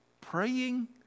praying